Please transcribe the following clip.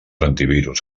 antivirus